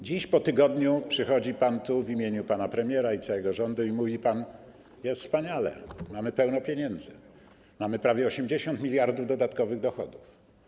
Dziś, po tygodniu, przychodzi pan tu i w imieniu pana premiera i całego rządu mówi pan: jest wspaniale, mamy pełno pieniędzy, mamy prawie 80 mld dodatkowych dochodów.